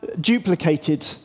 duplicated